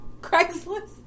Craigslist